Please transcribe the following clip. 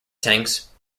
tanks